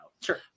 Sure